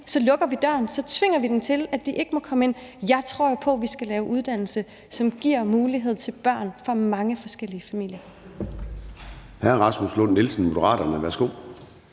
Så lukker vi døren. Så siger vi til dem, at de ikke må komme ind. Jeg tror på, at vi skal skabe uddannelser, som giver mulighed til børn fra mange forskellige familier.